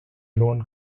loan